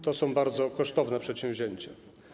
To są bardzo kosztowne przedsięwzięcia.